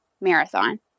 Marathon